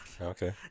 Okay